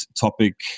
topic